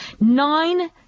nine